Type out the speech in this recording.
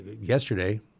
yesterday